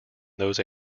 those